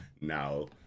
now